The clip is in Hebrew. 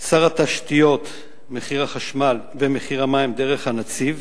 שר התשתיות, מחיר החשמל, ומחיר המים דרך הנציב,